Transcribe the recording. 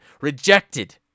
rejected